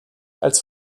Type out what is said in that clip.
als